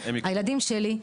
הילדים שלי,